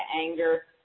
anger